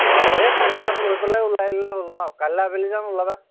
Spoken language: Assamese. অঁ এই কাৰ্ডকেইখন লৈ পেলাই ওলাই দিলে হ'ল ন কাইলৈ আবেলি যাম ওলাবা